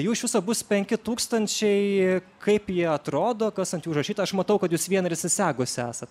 jų iš viso bus penki tūkstančiai kaip jie atrodo kas ant jų užrašyta aš matau kad jūs vieną ir įsisegusi esat